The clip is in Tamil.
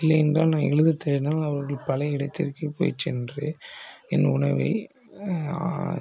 இல்லையென்றால் நான் எழுத தெரிந்தால் அவர்கள் பழைய இடத்திற்கே போய் சென்று என் உணவை